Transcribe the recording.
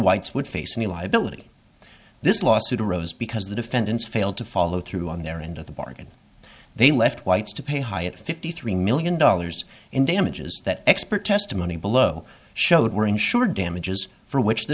whites would face any liability this lawsuit arose because the defendants failed to follow through on their end of the bargain they left whites to pay a high of fifty three million dollars in damages that expert testimony below showed were insured damages for which the